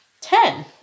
ten